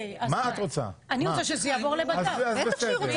רוצה שזה יעבור לוועדה לביטחון פנים.